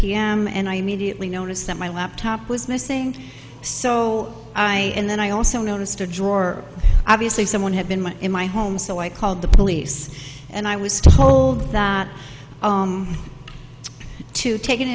m and i immediately noticed that my laptop was missing so i and then i also noticed a drawer obviously someone had been in my home so i called the police and i was told to tak